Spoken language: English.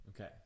Okay